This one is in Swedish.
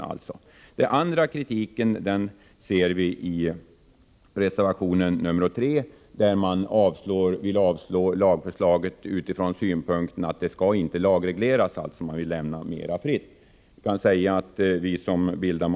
Kritiken från det andra hållet framkommer i reservation 3, där det yrkas avslag på lagförslaget utifrån synpunkten att denna verksamhet inte skall lagregleras, och man förordar att detta område skall vara mer fritt.